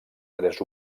tres